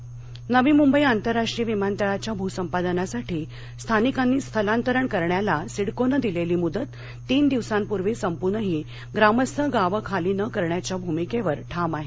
विमानतळ नवी मंबई नवी मुंबई आंतरराष्ट्रीय विमानतळाच्या भुसंपादनासाठी स्थानिकांनी स्थलांतरण करण्याला सिडकोनं दिलेली मुदत तीन दिवसांपूर्वी संपूनही ग्रामस्थ गावं खाली न करण्याच्या भूमिकेवर ठाम आहेत